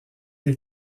des